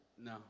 no